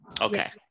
Okay